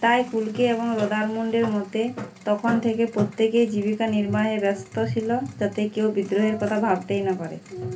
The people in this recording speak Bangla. তাই কুলকে এবং রদারমুন্ডের মতে তখন থেকে প্রত্যেকেই জীবিকা নির্বাহে ব্যস্ত ছিল যাতে কেউ বিদ্রোহের কথা ভাবতেই না পারে